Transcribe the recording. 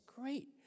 great